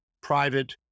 private